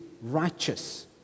righteous